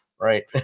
Right